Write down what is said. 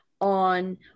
on